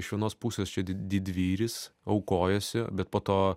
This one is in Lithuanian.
iš vienos pusės čia di didvyris aukojasi bet po to